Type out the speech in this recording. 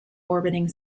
orbiting